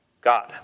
God